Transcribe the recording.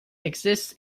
exists